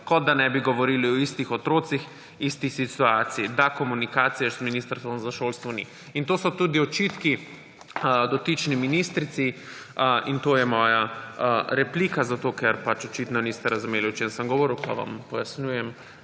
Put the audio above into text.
kot da ne bi govorili o istih otrocih, isti situaciji. In da komunikacije z ministrstvom za šolstvo ni. In to so tudi očitki dotični ministrici in to je moja replika, zato ker očitno niste razumeli, o čem sem govoril, pa vam pojasnjujem,